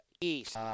East